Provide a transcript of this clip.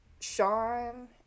Sean